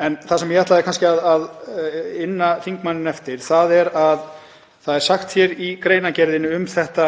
En það sem ég ætlaði kannski að inna þingmanninn eftir er að það er sagt í greinargerðinni um þetta